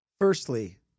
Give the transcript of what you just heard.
Firstly